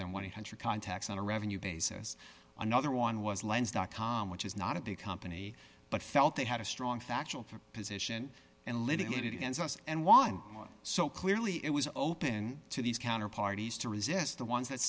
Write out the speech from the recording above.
than one hundred contacts on a revenue basis another one was len's dot com which is not a big company but felt they had a strong factual position and limited ends us and won so clearly it was open to these counter parties to resist the ones that